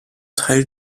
teil